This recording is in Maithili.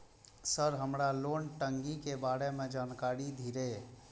सर हमरा लोन टंगी के बारे में जान कारी धीरे?